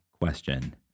question